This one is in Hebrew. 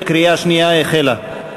קריאה שנייה החלה.